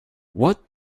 what